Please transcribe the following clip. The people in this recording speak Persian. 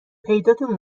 پیداتون